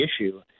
issue